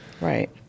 Right